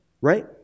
Right